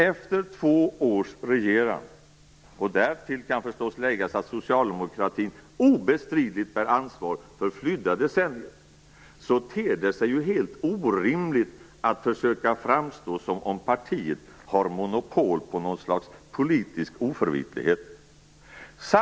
Efter två års regerande, och därtill kan förstås läggas att socialdemokratin obestridligt bär ansvar för flydda decennier, ter det sig ju helt orimligt att försöka framställa det som om partiet har monopol på något slags politisk oförvitlighet.